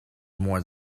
more